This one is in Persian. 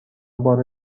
بار